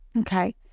okay